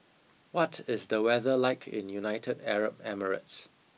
what is the weather like in United Arab Emirates